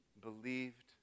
Believed